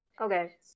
Okay